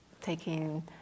Taking